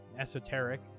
esoteric